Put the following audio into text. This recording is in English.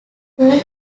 pearl